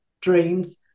dreams